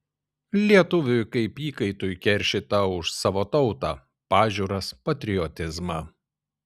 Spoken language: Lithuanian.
lietuviui kaip įkaitui keršyta už savo tautą pažiūras patriotizmą